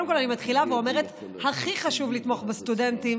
קודם כול אני מתחילה ואומרת: הכי חשוב לתמוך בסטודנטים.